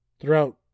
throughout